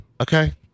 Okay